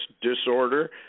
disorder